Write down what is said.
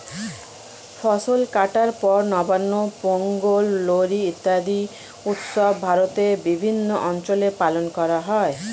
ফসল কাটার পর নবান্ন, পোঙ্গল, লোরী ইত্যাদি উৎসব ভারতের বিভিন্ন অঞ্চলে পালন করা হয়